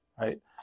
right